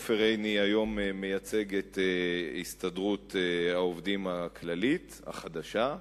עופר עיני מייצג היום את הסתדרות העובדים הכללית החדשה,